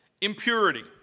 Impurity